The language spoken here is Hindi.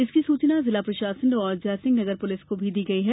इसकी सूचना जिला प्रशासन और जैयसिंहनगर पुलिस को भी दी गई है